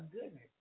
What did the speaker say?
goodness